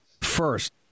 First